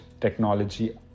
technology